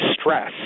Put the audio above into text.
stress